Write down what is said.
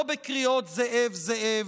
לא בקריאות "זאב, זאב".